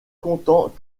comptant